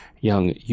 young